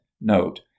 Note